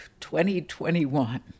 2021